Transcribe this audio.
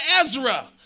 Ezra